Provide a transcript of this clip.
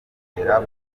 kugera